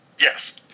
Yes